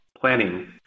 planning